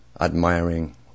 admiring